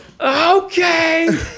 okay